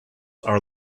are